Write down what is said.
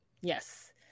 Yes